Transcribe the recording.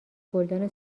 گلدان